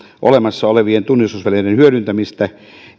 olemassa olevien tunnistusvälineiden hyödyntämistä